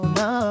no